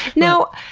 now,